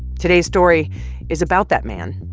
today's story is about that man.